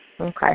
Okay